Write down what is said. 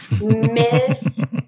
Myth